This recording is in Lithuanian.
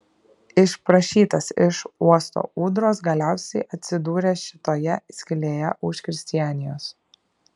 išprašytas iš uosto ūdros galiausiai atsidūrė šitoje skylėje už kristianijos